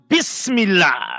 Bismillah